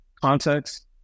context